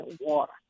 water